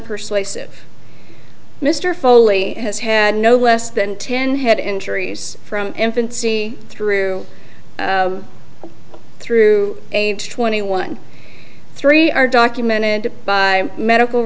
persuasive mr foley has had no less than ten head injuries from infancy through through age twenty one three are documented by medical